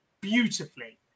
beautifully